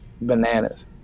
bananas